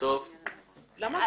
בסדר.